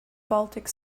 baltic